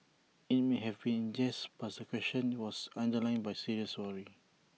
IT may have been in jest but the question was underlined by serious worry